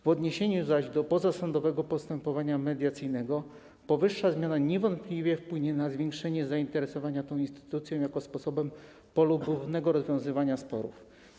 W odniesieniu zaś do pozasądowego postępowania mediacyjnego powyższa zmiana niewątpliwie wpłynie na zwiększenie zainteresowania tą instytucją, jeśli chodzi o polubowne rozwiązywanie sporów.